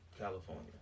California